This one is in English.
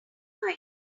mine